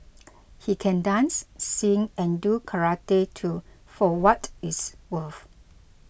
he can dance sing and do karate too for what it's worth